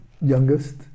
youngest